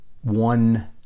one